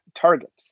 targets